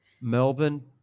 Melbourne